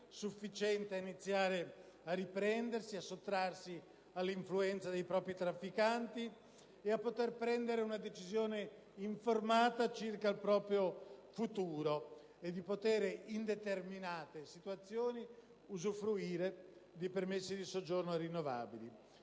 sufficiente ad iniziare a riprendersi, a sottrarsi all'influenza dei propri trafficanti e a poter prendere una decisione informata circa il proprio futuro, e possano, in determinate situazioni, usufruire di permessi di soggiorno rinnovabili.